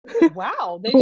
wow